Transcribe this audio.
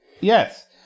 Yes